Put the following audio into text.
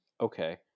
Okay